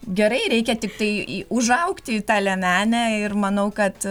gerai reikia tiktai užaugti į tą liemenę ir manau kad